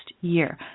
year